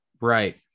Right